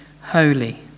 holy